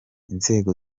inzego